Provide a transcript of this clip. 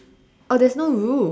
oh there's no roof